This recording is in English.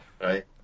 Right